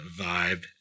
vibe